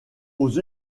aux